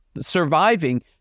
surviving